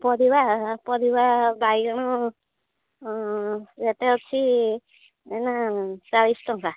ପରିବା ପରିବା ବାଇଗଣ ଏତେ ଅଛି ଏନା ଚାଳିଶ ଟଙ୍କା